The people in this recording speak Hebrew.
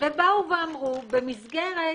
ובאו ואמרו, במסגרת